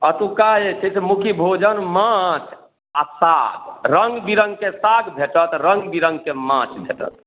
अतुका जे छै से मुख्य भोजन माँछ आ साग रङ्ग बिरङ्गके साग भेटत रङ्ग बिरङ्गके माँछ भेटत